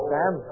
Sam